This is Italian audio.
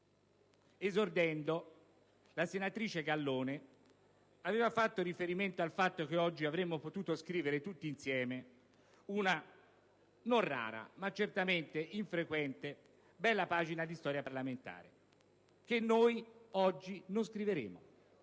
Esordendo, la senatrice Gallone aveva fatto riferimento al fatto che oggi avremmo potuto scrivere tutti insieme una non rara, ma certamente infrequente bella pagina di storia parlamentare, che noi oggi non scriveremo.